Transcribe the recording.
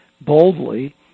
boldly